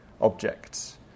objects